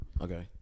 Okay